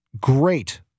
great